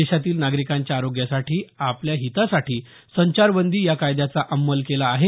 देशातील नागरिकांच्या आरोग्यासाठी आपल्या हितासाठी संचारबंदी या कायद्याचा अंमल केला आहे